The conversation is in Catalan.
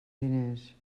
diners